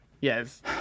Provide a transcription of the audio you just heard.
Yes